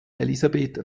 elisabeth